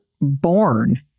born